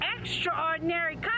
extraordinary